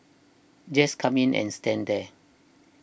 just come in and stand there